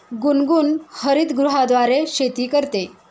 गुनगुन हरितगृहाद्वारे शेती करते